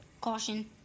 Caution